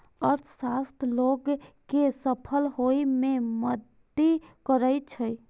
अर्थशास्त्र लोग कें सफल होइ मे मदति करै छै